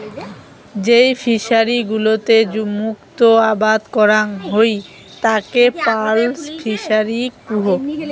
যেই ফিশারি গুলোতে মুক্ত আবাদ করাং হই তাকে পার্ল ফিসারী কুহ